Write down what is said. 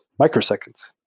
microseconds,